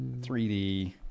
3D